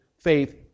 Faith